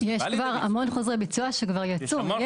יש המון חוזרי ביצוע שכבר יצאו.